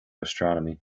astronomy